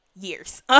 years